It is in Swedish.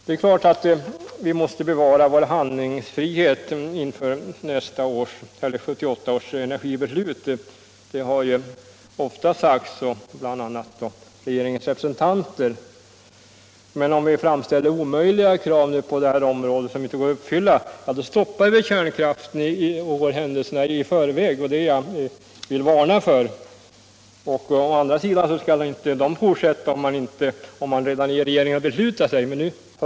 Det är klart att vi måste bevara vår handlingsfrihet inför 1978 års energibeslut. Det har ju ofta sagts, bl.a. av regeringens representanter. Men om vi nu på det här området framställer omöjliga krav, som inte Nr 25 går att uppfylla, så stoppar vi kärnkraften och går händelserna i förväg. Torsdagen den Det är det jag vill varna för. Å andra sidan skall inte utbyggnaden fortsätta 11 november 1976 om man redan i regeringen har beslutat sig för att avbryta kärnkrafts+ oo utbyggnaden.